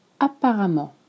apparemment